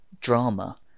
drama